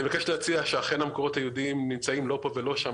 אני מבקש להציע שאכן המקורות היהודיים נמצאים לא פה ולא שם,